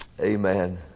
Amen